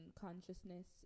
consciousness